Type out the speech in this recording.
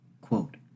quote